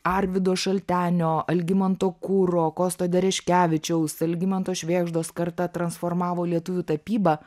arvydo šaltenio algimanto kuro kosto dereškevičiaus algimanto švėgždos karta transformavo lietuvių tapybą